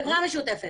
משותפת